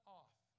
off